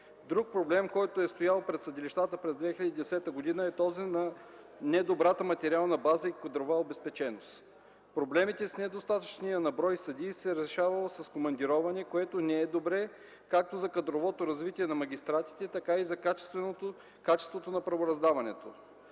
Друг проблем, който е стоял пред съдилищата през 2010 г. е този за недобрата материална база и кадрова обезпеченост. Проблемите с недостатъчния на брой съдии се е решавал с командироване, което не е добре както за кадровото развитие на магистратите, така и за качеството на правораздаването.